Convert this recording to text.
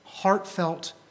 heartfelt